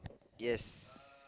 yes